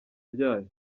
ryayo